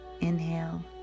inhale